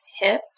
hip